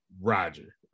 Roger